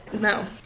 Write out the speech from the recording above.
No